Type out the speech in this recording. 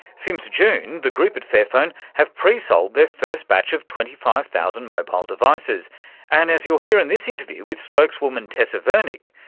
since june the group at fairphone have pre-sold their first batch of twenty five thousand mobile devices and, as you'll hear in this interview with spokeswoman tessa wernink,